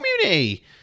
community